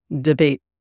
debate